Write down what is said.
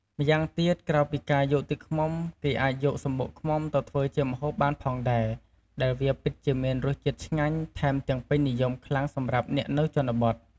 ម្យ៉ាងទៀត ក្រៅពីការយកទឹកឃ្មុំ គេអាចយកសំបុកឃ្មុំទៅធ្វើជាម្ហូបបានផងដែរ ដែលវាពិតជាមានរសជាតិឆ្ងាញ់ថែមទាំងពេញនិយមខ្លាំងសម្រាប់អ្នកនៅជនបទ។